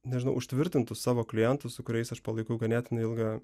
nežinau užtvirtintus savo klientus su kuriais aš palaikau ganėtinai ilgą